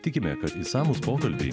tikime kad išsamūs pokalbiai